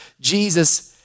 Jesus